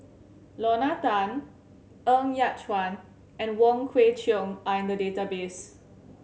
Lorna Tan Ng Yat Chuan and Wong Kwei Cheong are in the database